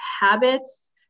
habits